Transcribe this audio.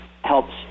helps